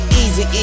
easy